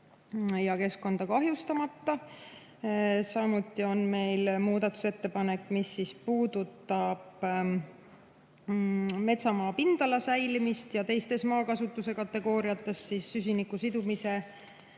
ja keskkonda kahjustamata. Samuti on meil muudatusettepanek, mis puudutab metsamaa pindala säilimist ja teistes maakasutuse kategooriates süsiniku sidumise